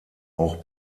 auch